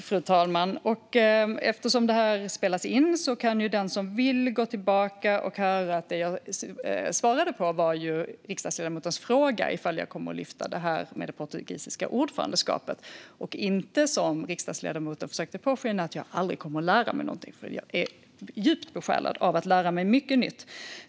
Fru talman! Eftersom det här spelas in kan den som vill gå tillbaka och höra att det jag svarade på var riksdagsledamotens fråga om jag kommer att ta upp det här med det portugisiska ordförandeskapet. Jag svarade inte, som riksdagsledamoten försökte påskina, att jag aldrig kommer att lära mig något. Jag är djupt besjälad av att lära mig mycket nytt.